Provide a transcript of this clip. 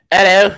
Hello